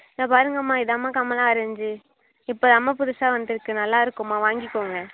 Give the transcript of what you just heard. இதை பாருங்கம்மா இதுதான்ம்மா கமலா ஆரஞ்சு இப்போதான்ம்மா புதுசாக வந்திருக்கு நல்லாயிருக்குமா வாங்கிக்கோங்க